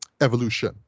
evolution